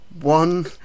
one